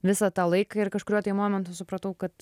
visą tą laiką ir kažkuriuo tai momentu supratau kad